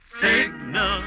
Signal